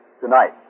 tonight